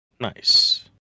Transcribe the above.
Nice